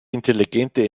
intelligente